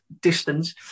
distance